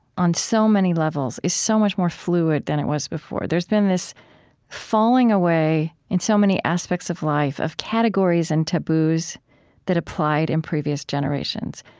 on so many levels, is so much more fluid than it was before. there's been this falling away, in so many aspects of life, of categories and taboos that applied in previous generations.